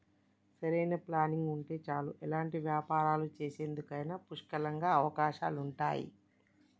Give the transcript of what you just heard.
సరైన ప్లానింగ్ ఉంటే చాలు ఎలాంటి వ్యాపారాలు చేసేందుకైనా పుష్కలంగా అవకాశాలుంటయ్యి